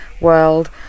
world